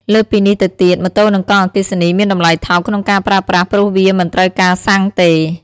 លើសពីនេះទៅទៀត ម៉ូតូនិងកង់អគ្គិសនីមានតម្លៃថោកក្នុងការប្រើប្រាស់ព្រោះវាមិនត្រូវការសាំងទេ។